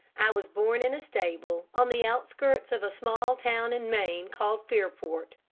i was born in a stable on the outskirts of a small town in maine called fairport.